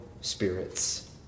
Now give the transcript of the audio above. spirits